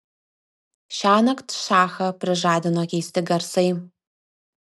šiąnakt šachą prižadino keisti garsai